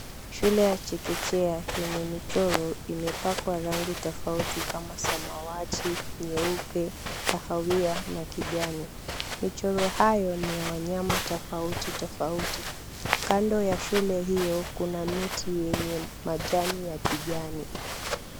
Shule ya chekechea yenye michoro imepakwa rangi tofauti kama: samawati, nyeupe, kahawia, na kijani. Michoro hayo ni ya wanyama tofauti tofauti. Kando ya shule hiyo kuna miti yenye majani ya kijani.